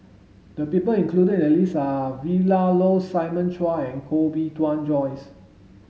the people included in the list are Vilma Laus Simon Chua and Koh Bee Tuan Joyce